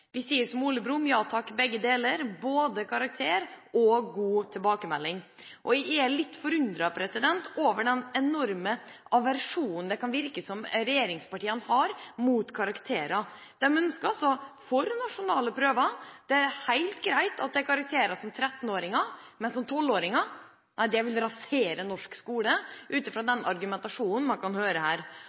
Vi sier som Ole Brumm: ja takk, begge deler, både karakter og god tilbakemelding. Jeg er litt forundret over den enorme aversjonen det kan virke som om regjeringspartiene har mot karakterer. De ønsker det for nasjonale prøver, det er helt greit at det er karakterer for 13-åringer, men for 12-åringer – nei, det vil rasere norsk skole, ut fra den argumentasjonen man kan høre her.